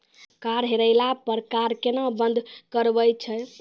Card हेरैला पर card केना बंद करबै छै?